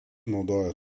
naudojo